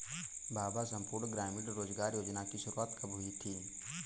बाबा संपूर्ण ग्रामीण रोजगार योजना की शुरुआत कब हुई थी?